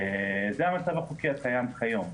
זה המצב החוקי הקיים היום.